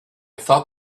thought